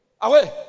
away